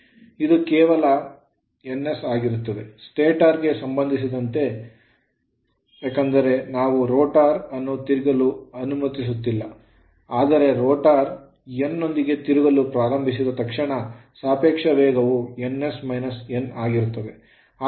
ಇದು ಕೇವಲ ns ಆಗಿರುತ್ತದೆ stator ಸ್ಟಾಟರ್ ಗೆ ಸಂಬಂಧಿಸಿದಂತೆ ಏಕೆಂದರೆ ನಾವು rotor ರೋಟರ್ ಅನ್ನು ತಿರುಗಲು ಅನುಮತಿಸುತ್ತಿಲ್ಲ ಆದರೆ rotor ರೋಟರ್ n ನೊಂದಿಗೆ ತಿರುಗಲು ಪ್ರಾರಂಭಿಸಿದ ತಕ್ಷಣ ಸಾಪೇಕ್ಷ ವೇಗವು ns - nಆಗಿರುತ್ತದೆ